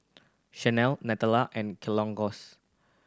Chanel Nutella and Kellogg's